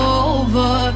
over